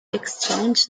exchange